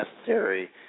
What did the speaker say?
necessary